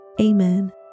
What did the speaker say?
Amen